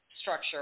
structure